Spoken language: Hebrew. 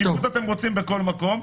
שקיפות אתם רוצים בכל מקום,